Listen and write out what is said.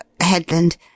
Headland